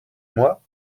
moi